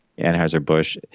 Anheuser-Busch